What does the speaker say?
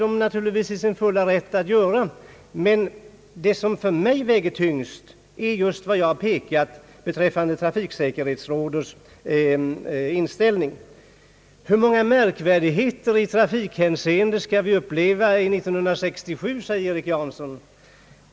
De är naturligtvis i sin fulla rätt att anföra sådana synpunkter, men vad som för mig väger tyngst är just vad jag pekat på beträffande trafiksäkerhetsrådets inställning. Hur många märkvärdigheter i trafikhänseende skall vi uppleva 1967? sade herr Erik Jansson.